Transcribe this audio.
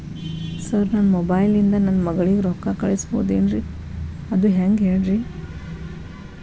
sir ನನ್ನ mobile ಇಂದ ನನ್ನ ಮಗಳಿಗೆ ರೊಕ್ಕಾ ಕಳಿಸಬಹುದೇನ್ರಿ ಅದು ಹೆಂಗ್ ಹೇಳ್ರಿ